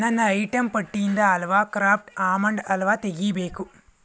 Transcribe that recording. ನನ್ನ ಐಟಂ ಪಟ್ಟಿಯಿಂದ halwa craft almond halwa ತೆಗೀಬೇಕು